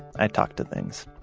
i talked to things